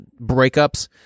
breakups